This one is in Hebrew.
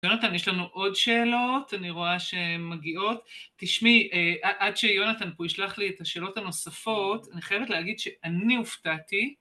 יונתן יש לנו עוד שאלות, אני רואה שהן מגיעות, תשמעי עד שיונתן פה ישלח לי את השאלות הנוספות, אני חייבת להגיד שאני הופתעתי